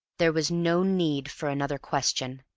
there was no need for another question.